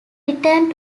returned